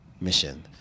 Mission